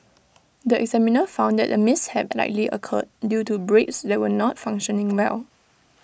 the examiner found that the mishap likely occurred due to brakes that were not functioning well